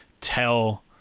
tell